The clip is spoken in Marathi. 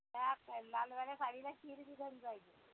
त्या लालवाल्या साडीला हिरवी झडी पाहिजे